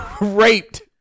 raped